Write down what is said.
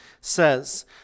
says